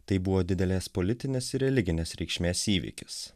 tai buvo didelės politinės ir religinės reikšmės įvykis